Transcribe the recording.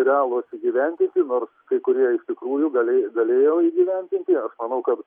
realūs įgyvendinti nors kai kurie iš tikrųjų galėjo galėjo įgyvendinti tai aš manau kad